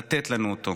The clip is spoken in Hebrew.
לתת לנו אותו.